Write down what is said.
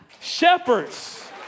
Shepherds